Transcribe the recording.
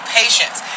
patience